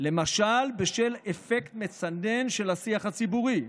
למשל בשל אפקט מצנן של השיח הציבורי.